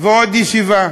ועוד ישיבה.